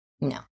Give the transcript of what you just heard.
No